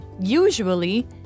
Usually